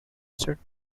states